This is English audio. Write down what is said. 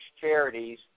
charities